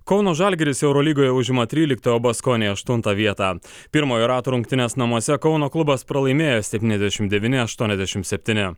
kauno žalgiris eurolygoje užima tryliktą o baskonija aštuntą vietą pirmojo rato rungtynes namuose kauno klubas pralaimėjo septyniasdešimt devyni aštuoniasdešimt septyni